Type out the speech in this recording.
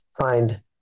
find